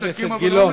חבר הכנסת גילאון,